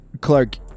Clark